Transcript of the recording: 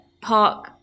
park